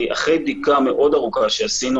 אחרי בדיקה ארוכה מאוד שעשינו,